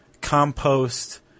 compost